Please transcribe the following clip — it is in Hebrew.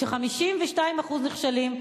כש-52% נכשלים,